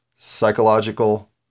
Psychological